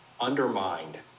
undermined